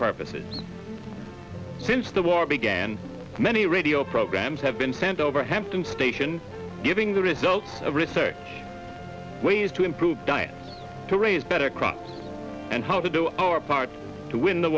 purposes since the war began many radio programs have been sent over hampton stations giving the results of research ways to improve diet to raise better crops and how to do our part to win the